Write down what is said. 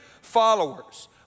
followers